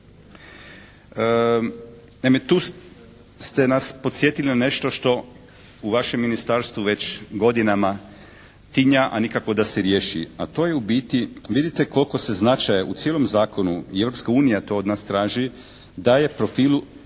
tu ste nas podsjetili na nešto što u vašem ministarstvu već godinama tinja a nikako da se riješi a to je u biti, vidite koliko se značaja u cijelom zakonu i Europska unija to od nas traži da je profil